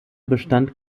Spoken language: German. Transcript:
bestand